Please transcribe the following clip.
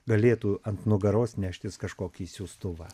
galėtų ant nugaros neštis kažkokį siųstuvą